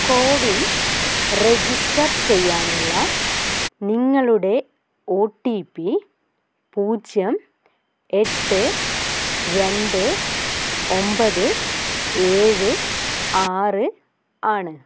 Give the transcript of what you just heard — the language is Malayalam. കോവിൻ രജിസ്റ്റർ ചെയ്യാനുള്ള നിങ്ങളുടെ ഒ ടി പി പൂജ്യം എട്ട് രണ്ട് ഒൻപത് ഏഴ് ആറ് ആണ്